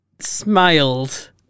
Smiled